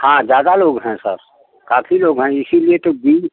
हाँ ज़्यादा लोग हैं सर काफ़ी लोग हैं इसलिए तो बीस